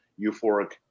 euphoric